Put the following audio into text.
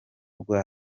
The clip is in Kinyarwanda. rwa